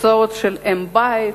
הוצאות של אם-בית,